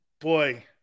Boy